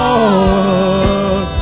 Lord